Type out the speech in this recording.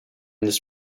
this